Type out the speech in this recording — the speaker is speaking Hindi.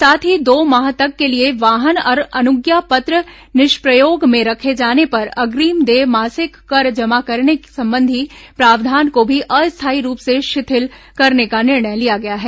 साथ ही दो माह तक के लिए वाहन और अनुज्ञा पत्र निष्प्रयोग में रखे जाने पर अग्रिम देय मासिक कर जमा करने संबंधी प्रावधान को भी अस्थायी रूप से शिथिल करने का निर्णय लिया गया है